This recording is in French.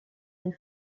des